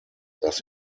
dass